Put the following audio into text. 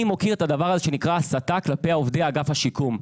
אני מוקיע את הדבר הזה שנקרא הסתה כלפי עובדי אגף השיקום,